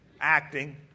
Acting